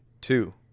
two